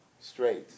straight